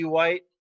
White